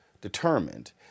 determined